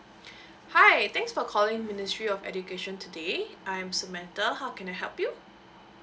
hi thanks for calling ministry of education today I'm samantha how can I help you